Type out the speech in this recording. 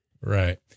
Right